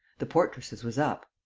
the portress was up.